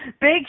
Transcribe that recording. big